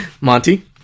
Monty